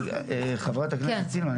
חברת הכנסת סילמן,